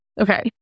Okay